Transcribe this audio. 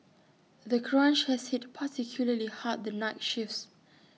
the crunch has hit particularly hard the night shifts